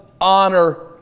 honor